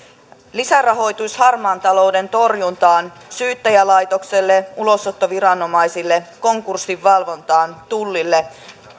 lisärahoitus harmaan talouden torjuntaan syyttäjälaitokselle ulosottoviranomaisille konkurssivalvontaan tullille